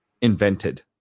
invented